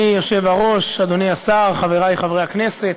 אדוני היושב-ראש, אדוני השר, חברי חברי הכנסת,